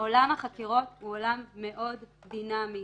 עולם החקירות הוא עולם מאוד דינמי.